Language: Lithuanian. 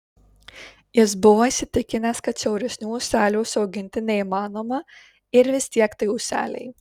jis buvo įsitikinęs kad siauresnių ūselių užsiauginti neįmanoma ir vis tiek tai ūseliai